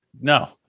No